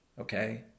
okay